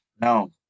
No